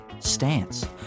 Stance